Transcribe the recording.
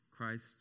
Christ